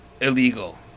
illegal